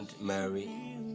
Mary